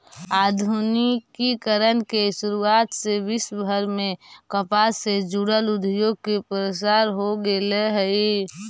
आधुनिकीकरण के शुरुआत से विश्वभर में कपास से जुड़ल उद्योग के प्रसार हो गेल हई